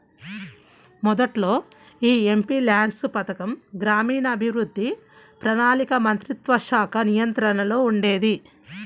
మొదట్లో యీ ఎంపీల్యాడ్స్ పథకం గ్రామీణాభివృద్ధి, ప్రణాళికా మంత్రిత్వశాఖ నియంత్రణలో ఉండేది